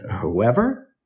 whoever